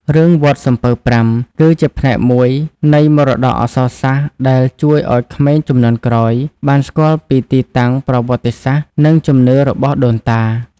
រឿង «វត្តសំពៅប្រាំ» គឺជាផ្នែកមួយនៃមរតកអក្សរសាស្ត្រដែលជួយឱ្យក្មេងជំនាន់ក្រោយបានស្គាល់ពីទីតាំងប្រវត្តិសាស្រ្ត និងជំនឿរបស់ដូនតា។